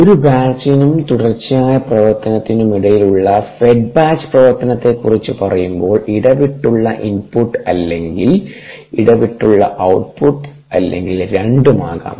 ഒരു ബാച്ചിനും തുടർച്ചയായ പ്രവർത്തനത്തിനുമിടയിൽ ഉള്ള ഫെഡ് ബാച്ച് പ്രവർത്തനത്തെ കുറിച്ച് പറയുമ്പോൾ ഇടവിട്ടുള്ള ഇൻപുട്ട് അല്ലെങ്കിൽ ഇടവിട്ടുള്ള ഔട്ട്പുട്ട് അല്ലെങ്കിൽ രണ്ടും ആകാം